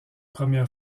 première